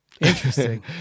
Interesting